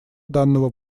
данного